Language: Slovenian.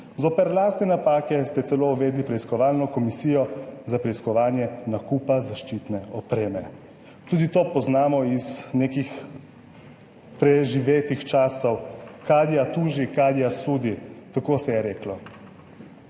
Zoper lastne napake ste celo uvedli preiskovalno komisijo za preiskovanje nakupa zaščitne opreme. Tudi to poznamo iz nekih preživetih časov, kadija tuži, kadija sudi, tako se je reklo.